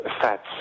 fats